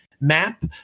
map